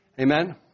Amen